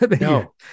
No